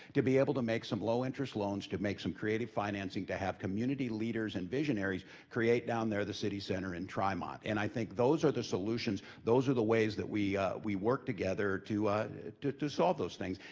to be able to make some low-interest loans to make some creative financing to have community leaders and visionaries create down there the city center in trimont. and i think those are the solutions, those are the ways that we ah we work together to ah to solve those things.